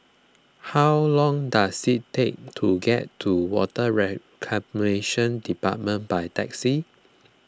how long does it take to get to Water Reclamation Department by taxi